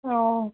অঁ